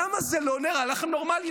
למה זה לא נראה לכם נורמלי?